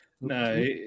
no